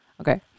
Okay